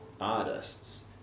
artists